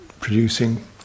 producing